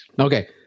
okay